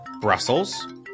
Brussels